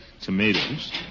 Tomatoes